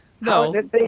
No